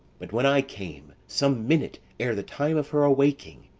but when i came, some minute ere the time of her awaking,